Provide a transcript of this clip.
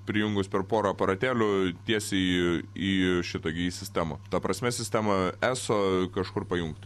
prijungus per porą aparatėlių tiesiai į į šitą gi į sistemą ta prasme sistemoje eso kažkur pajungti